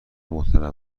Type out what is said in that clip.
متنوع